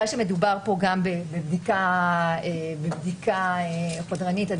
מכיוון שמדובר פה גם בבדיקה חודרנית אז